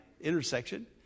intersection